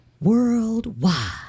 Worldwide